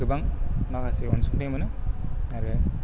गोबां माखासे आनसुंथाइ मोनो आरो